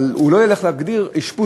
אבל הוא לא יגדיר אשפוז של ילד.